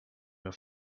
have